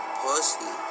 pussy